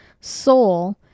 soul